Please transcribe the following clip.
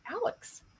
Alex